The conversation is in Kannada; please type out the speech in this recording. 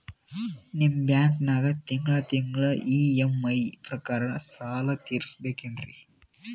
ನಿಮ್ಮ ಬ್ಯಾಂಕನಾಗ ತಿಂಗಳ ತಿಂಗಳ ಇ.ಎಂ.ಐ ಪ್ರಕಾರನ ಸಾಲ ತೀರಿಸಬೇಕೆನ್ರೀ?